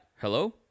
Hello